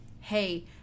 hey